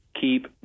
Keep